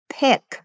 pick